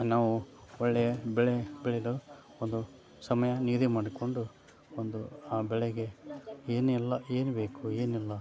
ನಾವು ಒಳ್ಳೆಯ ಬೆಳೆ ಬೆಳೆಯಲು ಒಂದು ಸಮಯ ನಿಗದಿ ಮಾಡಿಕೊಂಡು ಒಂದು ಆ ಬೆಳೆಗೆ ಏನೆಲ್ಲ ಏನು ಬೇಕು ಏನಿಲ್ಲ